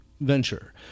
venture